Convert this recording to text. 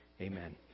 Amen